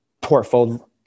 portfolio